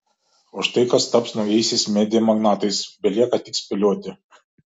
o štai kas taps naujaisiais media magnatais belieka tik spėlioti